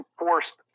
enforced